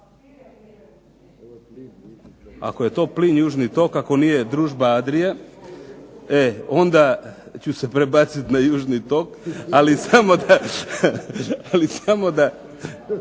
Ako je to plin južni tok, ako nije Družba Adrija onda ću se prebaciti na južni tok ali samo da